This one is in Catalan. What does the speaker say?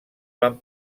van